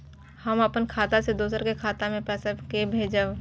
हम अपन खाता से दोसर के खाता मे पैसा के भेजब?